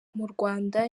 rwanda